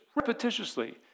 repetitiously